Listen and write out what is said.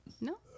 No